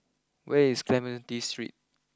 where is Clementi Street